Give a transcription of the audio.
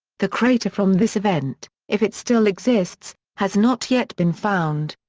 the crater from this event, if it still exists, has not yet been found.